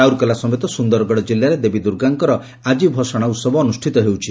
ରାଉରକେଲା ସମେତ ସୁନ୍ଦରଗଡ଼ ଜିଲ୍ଲାରେ ଦେବୀ ଦୁର୍ଗାଙ୍କର ଆଜି ଭସାଣି ଉହବ ଅନୁଷିତ ହେଉଛି